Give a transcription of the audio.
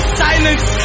silence